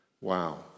wow